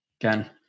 Again